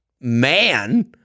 man